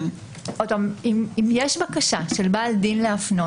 אם יש בקשה של בעל דין להפנות,